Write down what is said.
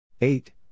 eight